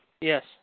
Yes